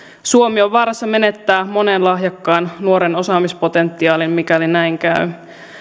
suomi on vaarassa menettää monen lahjakkaan nuoren osaamispotentiaalin mikäli näin käy